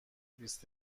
بیست